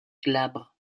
glabre